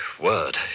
word